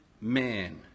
man